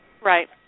Right